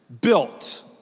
built